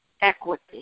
equity